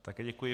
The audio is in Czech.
Také děkuji.